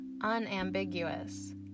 unambiguous